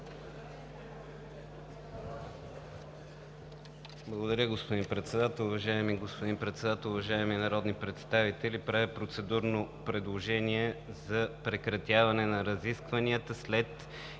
Благодаря, господин Председател. Уважаеми господин Председател, уважаеми народни представители! Правя процедурно предложение за прекратяване на разискванията след